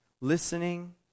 listening